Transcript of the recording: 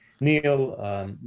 Neil